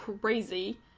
crazy